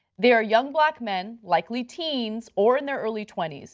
they are young black men, likely teens or in their early twenty s.